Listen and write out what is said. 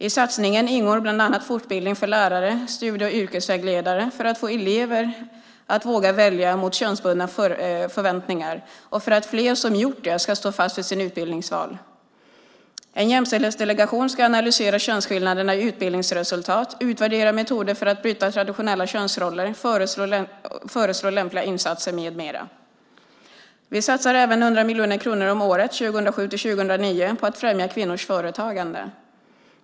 I satsningen ingår bland annat fortbildning för lärare och studie och yrkesvägledare för att få elever att våga välja emot könsbundna förväntningar samt för att fler som gjort det ska stå fast vid sitt utbildningsval. En jämställdhetsdelegation ska analysera könsskillnaderna i utbildningsresultat, utvärdera metoder för att bryta traditionella könsroller och föreslå lämpliga insatser med mera. Vi satsar även 100 miljoner kronor om året 2007-2009 på att främja kvinnors företagande.